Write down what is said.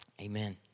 amen